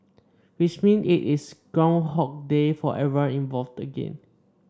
which means it is groundhog day for everyone involved again